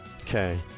Okay